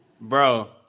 Bro